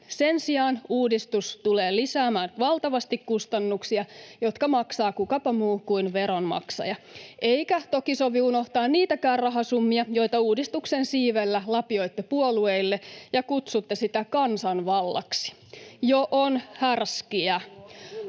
Sen sijaan uudistus tulee lisäämään valtavasti kustannuksia, jotka maksaa kukapa muu kuin veronmaksaja. Eikä toki sovi unohtaa niitäkään rahasummia, joita uudistuksen siivellä lapioitte puolueille ja kutsutte sitä kansanvallaksi. Jo on härskiä.